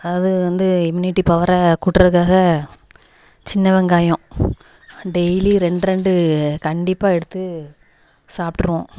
அதாவது வந்து இம்யூனிட்டி பவரை கூட்டுறதுக்காக சின்ன வெங்காயம் டெய்லி ரெண்டு ரெண்டு கண்டிப்பாக எடுத்து சாப்பிட்டுர்வோம்